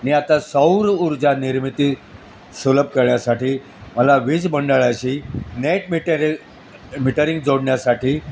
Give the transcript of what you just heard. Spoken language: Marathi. मी आता सौर ऊर्जा निर्मिती सुलभ करण्यासाठी मला वीज मंडळाशी नेट मीटर मिटरिंग जोडण्यासाठी